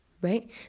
right